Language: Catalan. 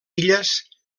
illes